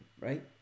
Right